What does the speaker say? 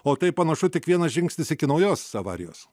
o tai panašu tik vienas žingsnis iki naujos avarijos